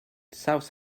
south